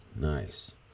Nice